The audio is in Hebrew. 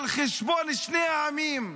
על חשבון שני העמים.